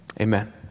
Amen